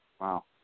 Wow